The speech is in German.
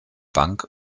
bank